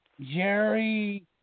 Jerry